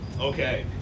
Okay